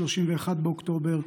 31 באוקטובר,